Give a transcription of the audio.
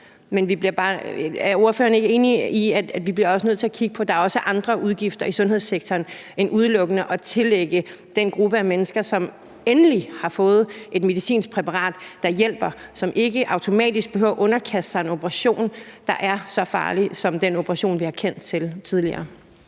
er ordføreren ikke enig i, at vi også bliver nødt at kigge på, at der også er andre udgifter i sundhedssektoren, og ikke udelukkende tilskrive det den gruppe mennesker, som endelig har fået et medicinsk præparat, der hjælper, så de ikke automatisk behøver underkaste sig en operation, der er så farlig, som den operation, vi har kendt til indtil